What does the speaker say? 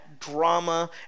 drama